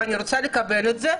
ואני רוצה לקבל את זה,